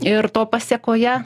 ir to pasekoje